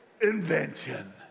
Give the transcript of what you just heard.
invention